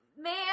man